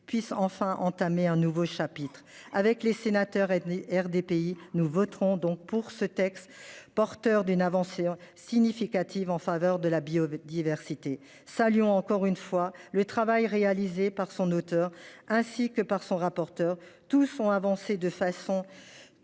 puisse enfin entamer un nouveau chapitre avec les sénateurs ethnies RDPI nous voterons donc pour ce texte, porteur d'une avancée significative en faveur de la biodiversité. Ça Lyon, encore une fois le travail réalisé par son auteur, ainsi que par son rapporteur, tous ont avancé de façon